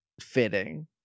fitting